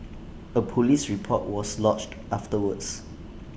A Police report was lodged afterwards